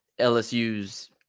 LSU's